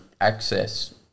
access